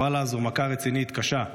ואללה, זו מכה רצינית, קשה,